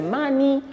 money